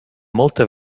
molte